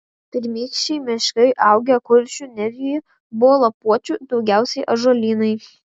pirmykščiai miškai augę kuršių nerijoje buvo lapuočių daugiausiai ąžuolynai